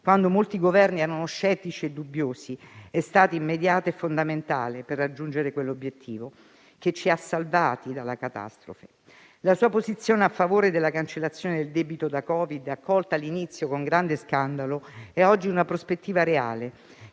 quando molti Governi erano scettici e dubbiosi, è stato immediato e fondamentale per raggiungere quell'obiettivo che ci ha salvati dalla catastrofe. La sua posizione a favore della cancellazione del debito da Covid, accolta all'inizio con grande scandalo, è oggi una prospettiva reale,